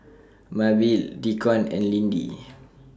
Mabelle Deacon and Lindy